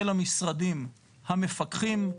של המשרדים המפקחים,